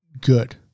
good